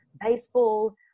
baseball